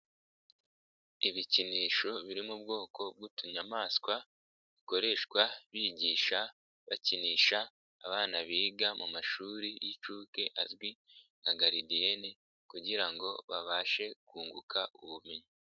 Ibikinisho biri mu bwoko bw'utunyamaswa bikoreshwa bigisha, bakinisha abana biga mu mashuri y'inshuke azwi nka garidiyene kugira ngo babashe kunguka ubumenyi.